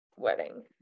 wedding